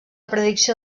predicció